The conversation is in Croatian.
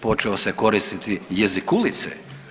Počeo se koristiti jezik ulice.